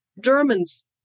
Germans